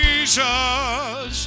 Jesus